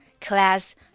Class